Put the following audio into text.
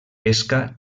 pesca